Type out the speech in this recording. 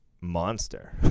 monster